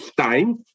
time